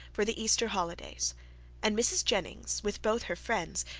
for the easter holidays and mrs. jennings, with both her friends,